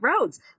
roads